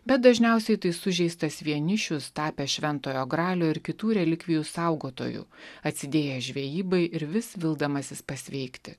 bet dažniausiai tai sužeistas vienišius tapę šventojo gralio ir kitų relikvijų saugotoju atsidėję žvejybai ir vis vildamasis pasveikti